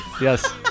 yes